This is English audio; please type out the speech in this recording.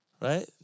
right